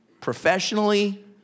professionally